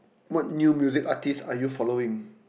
what new music artiste are you following